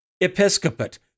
Episcopate